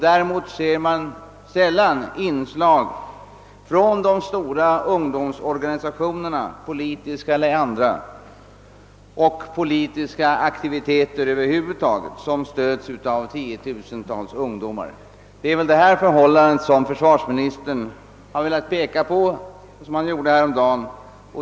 Däremot ser man sällan inslag från de stora ungdomsorganisationerna, politiska eller andra, eller från politiska aktiviteter över huvud taget som stöds av tiotusentals ungdomar, och det är väl detta förhållande som försvarsministern häromdagen ville peka på.